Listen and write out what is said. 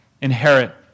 inherit